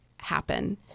happen